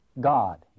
God